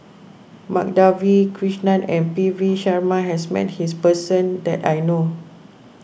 Madhavi Krishnan and P V Sharma has met this person that I know